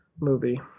movie